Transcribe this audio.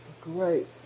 Great